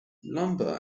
lumber